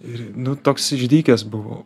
ir nu toks išdykęs buvau